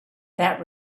that